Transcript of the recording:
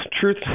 truth